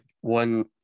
one